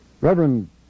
Reverend